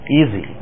easy